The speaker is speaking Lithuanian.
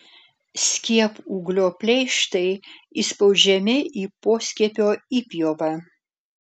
skiepūglio pleištai įspaudžiami į poskiepio įpjovą